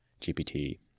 gpt